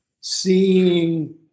seeing